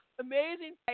amazing